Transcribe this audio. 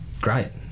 great